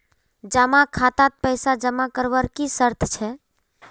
जमा खातात पैसा जमा करवार की शर्त छे?